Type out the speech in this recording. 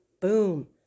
Boom